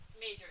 Major